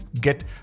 get